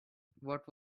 what